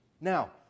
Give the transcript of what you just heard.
Now